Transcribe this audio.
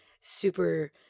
super